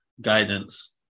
guidance